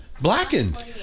Blackened